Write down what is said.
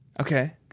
Okay